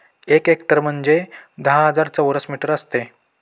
एक हेक्टर म्हणजे दहा हजार चौरस मीटर असते